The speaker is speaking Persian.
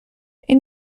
این